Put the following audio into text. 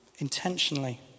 intentionally